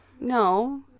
No